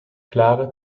klare